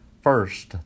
First